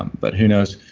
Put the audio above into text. um but who knows?